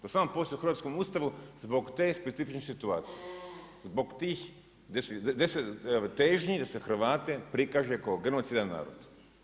Nego postoji samo u hrvatskom Ustavu zbog te specifične situacije, zbog tih težnji da se Hrvate prikaže kao genocidan narod.